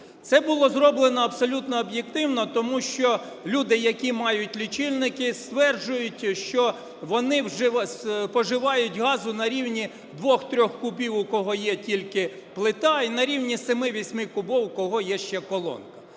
Це було зроблено абсолютно об'єктивно, тому що люди, які мають лічильники, стверджують, що вони споживають газу на рівні 2-3 кубів, у кого є тільки плита, і на рівні 7-8 кубів – у кого є ще колонка.